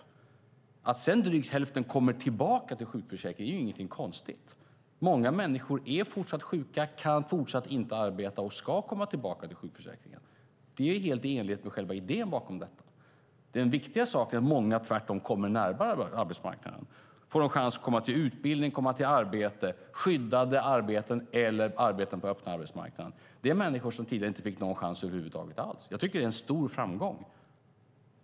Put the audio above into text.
Det är ingenting konstigt med att drygt hälften sedan kommer tillbaka till sjukförsäkringen. Många människor är fortsatt sjuka, kan inte arbeta och ska komma tillbaka till sjukförsäkringen. Det är helt i enlighet med själva idén bakom detta. Det viktiga är att många tvärtom kommer närmare arbetsmarknaden och får en chans att utbilda sig och få arbete. Det kan vara skyddade arbeten eller arbeten på den öppna arbetsmarknaden. Det är människor som tidigare över huvud taget inte fick någon chans. Jag tycker att det är en stor framgång.